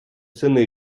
сини